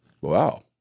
Wow